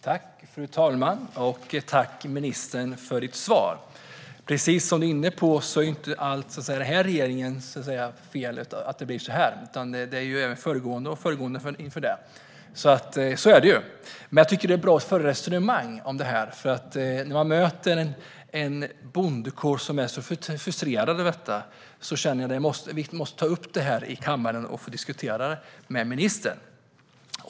Fru talman! Jag tackar ministern för svaret. Precis som du är inne på är allt inte denna regerings fel utan även föregående regeringars. Det är dock bra att föra ett resonemang om detta, för när jag möter en bondekår som är så frustrerad känner jag att vi måste ta upp det i kammaren och diskutera det med ministern.